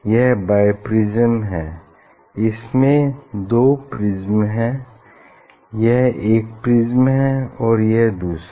यह बाईप्रिज्म है इसमें दो प्रिज्म हैं यह एक प्रिज्म है और यह दूसरा